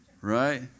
Right